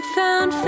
found